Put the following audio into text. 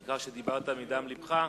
ניכר שדיברת מדם לבך.